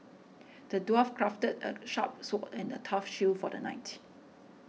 the dwarf crafted a sharp sword and a tough shield for the knight